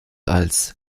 als